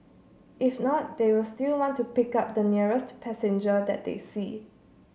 if not they will still want to pick up the nearest passenger that they see